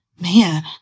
man